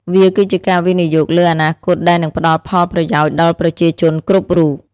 វាគឺជាការវិនិយោគលើអនាគតដែលនឹងផ្តល់ផលប្រយោជន៍ដល់ប្រជាជនគ្រប់រូប។